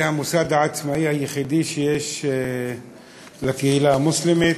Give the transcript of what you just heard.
זה המוסד העצמאי היחידי שיש לקהילה המוסלמית.